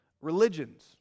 religions